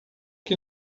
que